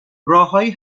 راههایی